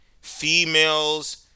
Females